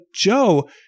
Joe